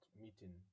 meeting